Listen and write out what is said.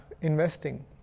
investing